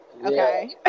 Okay